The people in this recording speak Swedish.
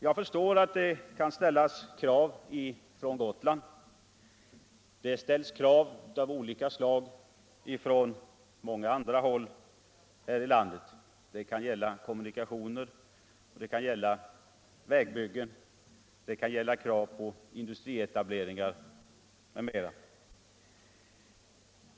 Jag förstår att det kan resas sådana krav från Gotland. Det ställs krav av många olika slag från många olika håll här i landet — det kan gälla kommunikationer, det kan gälla vägbyggen, det kan gälla industrietableringar m.m.